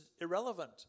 irrelevant